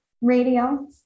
radio